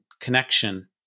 connection